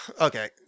okay